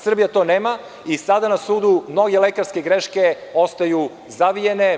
Srbija to nema i sada na sudu mnoge lekarske greške ostaju zavijene.